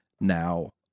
now